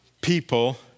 people